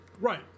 Right